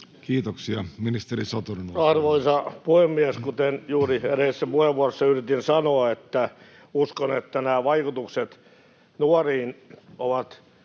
Kiitoksia. — Ministeri Satonen. Arvoisa puhemies! Kuten juuri edellisessä puheenvuorossa yritin sanoa, uskon, että nämä vaikutukset nuoriin ovat